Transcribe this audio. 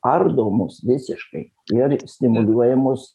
ardo mus visiškai ir stimuliuoja mus